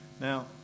Now